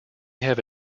have